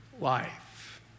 Life